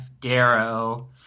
Darrow